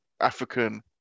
African